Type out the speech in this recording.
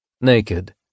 Naked